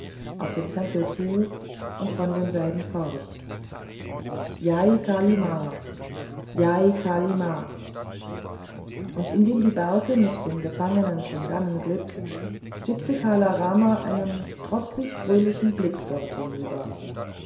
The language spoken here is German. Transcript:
auf den tempel zu und von demselben fort jai kali m jai kali m und indem die barke mit dem gefangenen von dannen glitt schickte kala rama einen trotzig fröhlichen blick dort hinüber